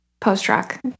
post-rock